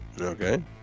Okay